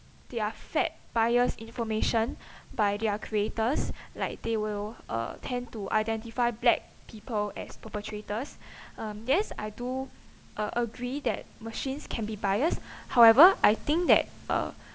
they're fed biased information by their creators like they will uh tend to identify black people as perpetrators um yes I do uh agree that machines can be biased however I think that uh